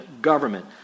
government